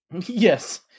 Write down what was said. yes